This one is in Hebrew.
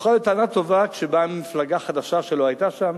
יכולה להיות טענה טובה כשבאה מפלגה חדשה שלא היתה שם,